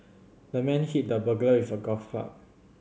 the man hit the burglar with a golf club